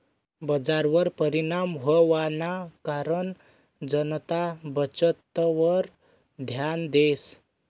बजारवर परिणाम व्हवाना कारण जनता बचतवर ध्यान देस